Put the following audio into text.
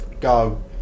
Go